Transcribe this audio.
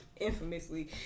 Infamously